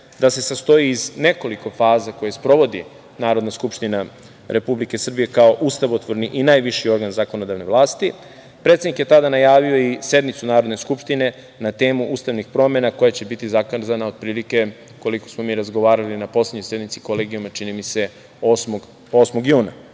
da se sastoji iz nekoliko faza koje sprovodi Narodna skupština Republike Srbije, kao ustavotvorni i najviši organ zakonodavne vlasti, predsednik je tada najavio i sednicu Narodne skupštine na temu ustavnih promena koja će biti zakazana otprilike, koliko smo mi razgovarali na poslednjoj sednici Kolegijuma, čini mi se, 8. juna. Veoma